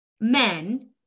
men